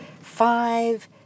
five